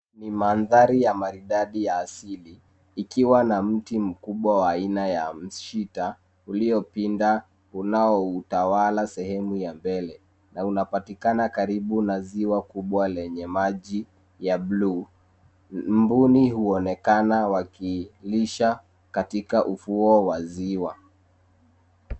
Ni mandhari ya maridadi ya asili. Ikiwa na mti mkubwa wa aina ya mshita uliopinda unaoutawala sehemu ya mbele. Unaopatikana karibu na ziwa kubwa lenye maji ya buluu. Mbuni wanaonekana wakilisha katika ufuo wa ziwa.